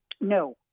No